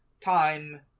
time